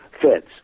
feds